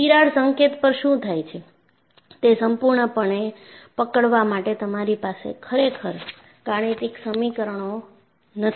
તિરાડ સંકેત પર શું થાય તે સંપૂર્ણપણે પકડવા માટે તમારી પાસે ખરેખર ગાણિતિક સમીકરણો નથી